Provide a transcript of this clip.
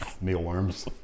mealworms